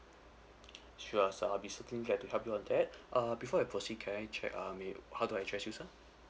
sure so I'll be glad to help you on that uh before I proceed can I check um may how do I address you sir